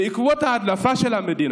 בעקבות ההדלפה של המדינה